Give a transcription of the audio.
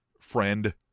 friend